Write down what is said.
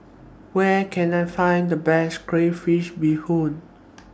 Where Can I Find The Best Crayfish Beehoon